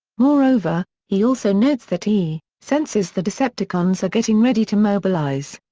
moreover, he also notes that he senses the decepticons are getting ready to mobilize.